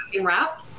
wrap